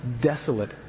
desolate